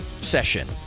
session